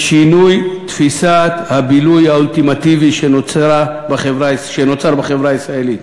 בשינוי תפיסת הבילוי האולטימטיבי שנוצר בחברה הישראלית.